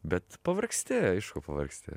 bet pavargsti aišku pavargsti